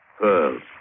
Pearls